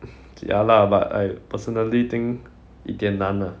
ya lah but I personally think 一点难 ah